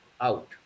out